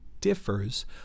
differs